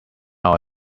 our